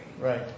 Right